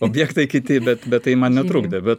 objektai kiti bet bet tai man netrukdė bet